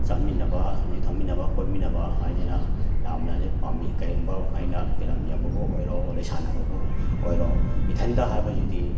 ꯆꯥꯃꯤꯟꯅꯕ ꯑꯗꯒꯤ ꯊꯛꯃꯤꯟꯅꯕ ꯀꯣꯏꯃꯤꯟꯅꯕ ꯍꯥꯏꯗꯅ ꯌꯥꯝꯅꯗꯤ ꯄꯥꯝꯃꯤ ꯀꯩꯒꯨꯝꯕ ꯑꯩꯅ ꯐꯤꯂꯝ ꯌꯦꯡꯕꯕꯨ ꯑꯣꯏꯔꯣ ꯑꯗꯒꯤ ꯁꯥꯟꯅꯕꯕꯨ ꯑꯣꯏꯔꯣ ꯏꯊꯟꯗ ꯍꯥꯏꯕꯁꯤꯗꯤ